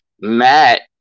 Matt